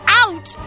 out